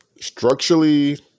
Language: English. Structurally